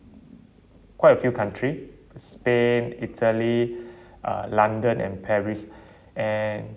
quite a few country spain italy uh london and paris and